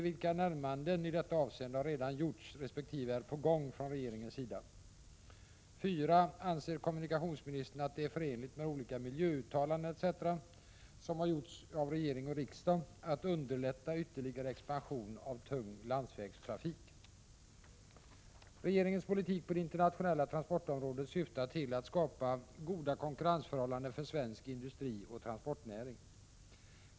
Vilka närmanden i detta avseende har redan gjorts, resp. är på gång, från regeringens sida? 4. Anser kommunikationsministern att det är förenligt med olika miljöuttalanden etc. som gjorts av regering och riksdag, att underlätta ytterligare expansion av tung landsvägstrafik? Regeringens politik på det internationella transportområdet syftar till att skapa goda konkurrensförhållanden för svensk industri och transportnäring.